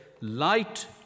Light